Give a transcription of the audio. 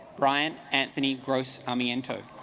bryan anthony gross amy in tote